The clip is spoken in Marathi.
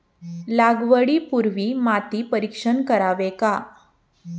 लागवडी पूर्वी माती परीक्षण करावे का?